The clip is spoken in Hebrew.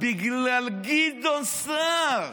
בגלל גדעון סער.